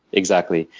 exactly.